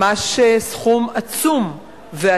או מיליון שקל, הם ממש סכום עצום ואדיר.